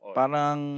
parang